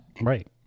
Right